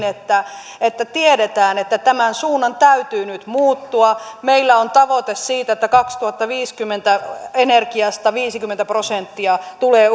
että että tiedetään että tämän suunnan täytyy nyt muuttua meillä on tavoite siitä että kaksituhattaviisikymmentä energiasta viisikymmentä prosenttia tulee